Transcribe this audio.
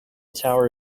tower